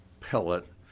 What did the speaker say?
pellet